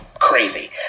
crazy